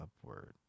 upward